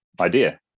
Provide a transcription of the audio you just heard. idea